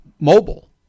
mobile